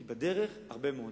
כי בדרך יש הרבה מאוד.